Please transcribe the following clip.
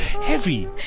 Heavy